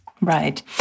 Right